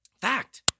fact